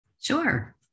Sure